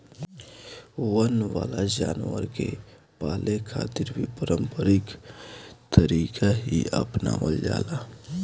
वन वाला जानवर के पाले खातिर भी पारम्परिक तरीका ही आपनावल जाला